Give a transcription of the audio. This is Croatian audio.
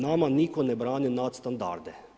Nama nitko ne brani nadstandarde.